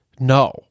no